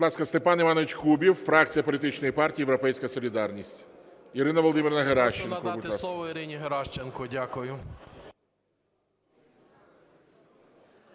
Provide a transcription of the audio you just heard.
Будь ласка, Степан Іванович Кубів, фракція політичної партії "Європейська солідарність". Ірина Володимирівна Геращенко, будь ласка.